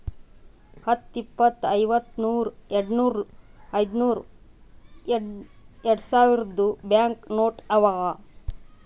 ಹತ್ತು, ಇಪ್ಪತ್, ಐವತ್ತ, ನೂರ್, ಯಾಡ್ನೂರ್, ಐಯ್ದನೂರ್, ಯಾಡ್ಸಾವಿರ್ದು ಬ್ಯಾಂಕ್ ನೋಟ್ ಅವಾ